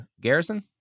Garrison